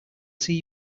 see